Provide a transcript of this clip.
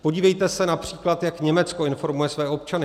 Podívejte se například, jak Německo informuje své občany.